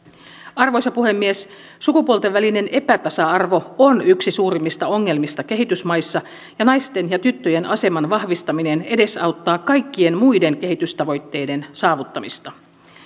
arvoisa puhemies sukupuolten välinen epätasa arvo on yksi suurimmista ongelmista kehitysmaissa ja naisten ja tyttöjen aseman vahvistaminen edesauttaa kaikkien muiden kehitystavoitteiden saavuttamista